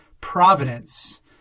providence